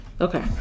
Okay